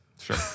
Sure